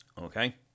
Okay